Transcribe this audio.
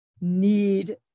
need